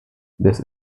this